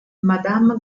madame